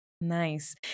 Nice